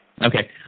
Okay